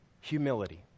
humility